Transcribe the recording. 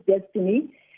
destiny